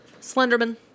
Slenderman